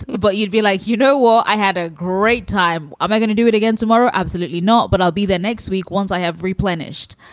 but you'd be like, you know what? i had a great time. i'm going to do it again tomorrow. absolutely not. but i'll be there next week once i have replenished.